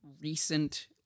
recent